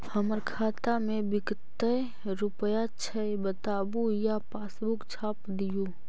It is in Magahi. हमर खाता में विकतै रूपया छै बताबू या पासबुक छाप दियो?